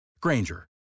Granger